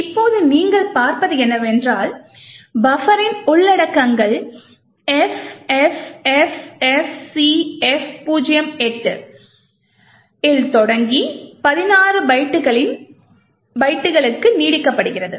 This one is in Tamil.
இப்போது நீங்கள் பார்ப்பது என்னவென்றால் பஃபரின் உள்ளடக்கங்கள் FFFFCF08 இல் தொடங்கி 16 பைட்டுகளுக்கு நீட்டிக்கப்படுகிறது